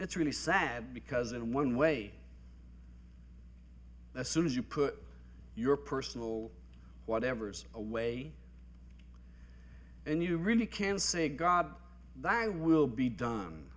it's really sad because in one way as soon as you put your personal whatevers away and you really can say god that i will be done